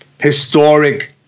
historic